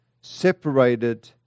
separated